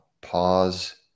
pause